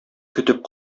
көтеп